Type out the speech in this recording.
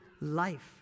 life